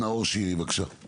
נאור שירי, בבקשה.